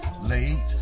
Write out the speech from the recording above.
Late